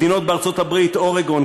מדינות בארצות-הברית: אורגון,